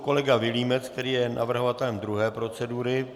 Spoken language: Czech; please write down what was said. Kolega Vilímec, který je navrhovatelem druhé procedury.